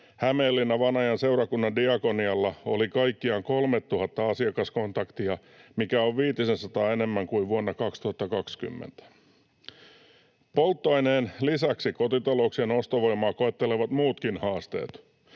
Hämeenlinna—Vanajan seurakunnan diakonialla oli kaikkiaan 3 000 asiakaskontaktia, mikä on viitisensataa enemmän kuin vuonna 2020. Polttoaineen lisäksi kotitalouksien ostovoimaa koettelevat muutkin haasteet.